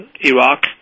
Iraq